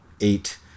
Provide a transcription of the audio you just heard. eight